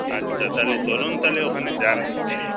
আচ্ছা তাহলে চলুন তাহলে ওখানে যাই